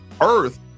Earth